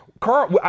carl